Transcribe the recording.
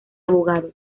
abogado